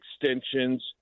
extensions